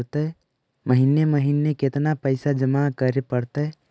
महिने महिने केतना पैसा जमा करे पड़तै?